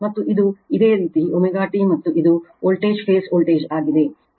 ಮತ್ತು ಇದು ಇದೇ ರೀತಿ ω t ಮತ್ತು ಇದು ವೋಲ್ಟೇಜ್ ಫೇಸ್ ವೋಲ್ಟೇಜ್ ಆಗಿದೆ